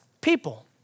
people